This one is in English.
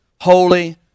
holy